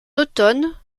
automne